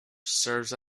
serves